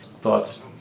Thoughts